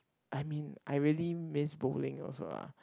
I mean I really miss bowling also lah